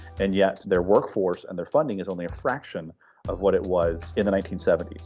and yet their workforce and their funding is only a fraction of what it was in the nineteen seventy s.